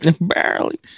Barely